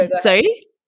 Sorry